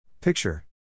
Picture